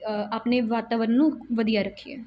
ਆਪਣੇ ਵਾਤਾਵਰਨ ਨੂੰ ਵਧੀਆ ਰੱਖੀਏ